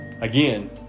Again